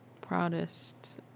Proudest